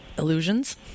illusions